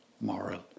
moral